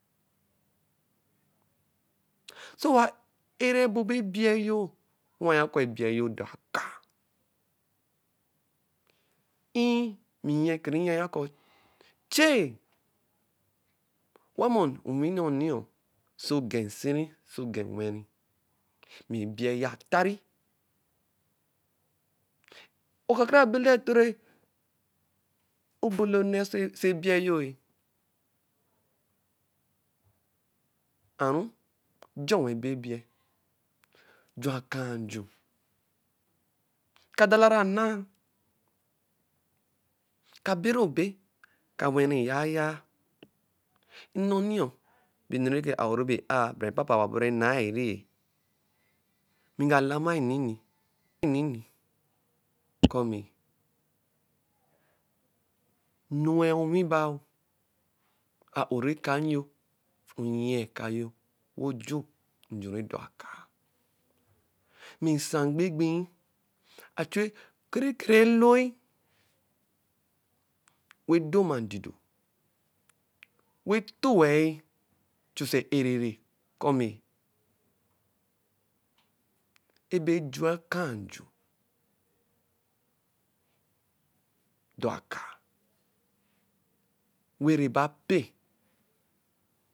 Sɛ owa e-rabo ebe ebi yo, we owa ya kɔ ebie yo dɔ akaa err mɛ nyyɛ kiri yaya kɔ che-i, owamɔ onwi ncnio sɛ ɔgɛ nsiri sɛ ɔgɛ nweri mɛ ebie yɛ atari. Oka kara bɛla etoro ebolo oneh oso ɛbiɛ yo-e. A-ru ju wɛn ebo-ebie, ju akaa nju, kadalari anaa, ka beri obe. ka we ri yaa-ya. Nnɔ niɔ, bɛ enu neke a-o ru bɛ e-aa bara papa owa buru obaa enaeri-e. Wi nga lamai nnini kɔ mi n’ɔe onwi baa, a-o rɛ ka nyo onyia kayo wɛ ju nju rɛ dɔ akaa. Mɛ nsa mgbigbii achu ekere kere ɛloi wɛ doma adido wɛ to-wɛ chusɛ ɛ-ɛ-rɛrɛ kɔmi ebe jua akaa nju dɔ akaa wɛ ɛba pɛ.